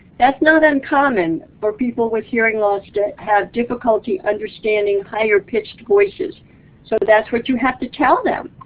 that's not uncommon for people with hearing loss to have difficulty understanding higher pitched voices so but that's what you have to tell them.